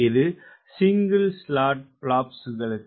இது single slotted பிளாப்ஸ்களுக்கு